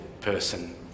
person